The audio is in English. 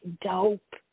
dope